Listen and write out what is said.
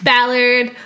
Ballard